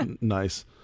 nice